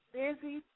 busy